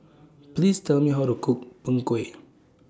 Please Tell Me How to Cook Png Kueh